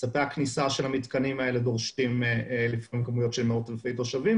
ספי הכניסה של המתקנים דורשים לפעמים כמויות של מאות אלפי תושבים,